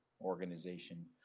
Organization